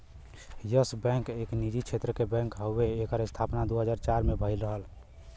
yes Bank एक निजी क्षेत्र क बैंक हउवे एकर स्थापना दू हज़ार चार में भयल रहल